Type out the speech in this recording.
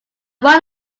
run